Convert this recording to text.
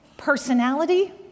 personality